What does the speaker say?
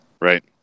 right